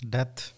Death